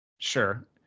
Sure